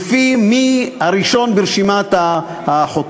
לפי מי שהוא הראשון ברשימת החותמים.